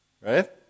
Right